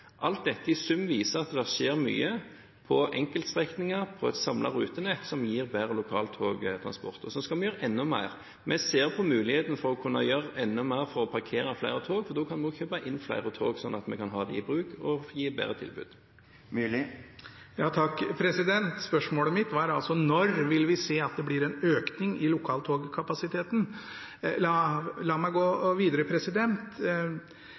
alt dette at det skjer mye på enkeltstrekninger og på et samlet rutenett som gir bedre lokal togtransport, og vi skal gjøre enda mer. Vi ser på muligheten for å kunne gjøre enda mer for å parkere flere tog, for da kan vi også kjøpe inn flere tog så vi kan ha dem i bruk og gi bedre tilbud. Spørsmålet mitt var altså: Når vil vi se at det blir en økning i lokaltogkapasiteten? La meg gå videre.